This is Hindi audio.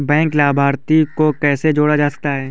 बैंक लाभार्थी को कैसे जोड़ा जा सकता है?